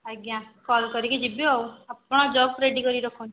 ଆଜ୍ଞା କଲ୍ କରିକି ଯିବି ଆଉ ଆପଣ ଜବ୍ ରେଡି କରିକି ରଖନ୍ତୁ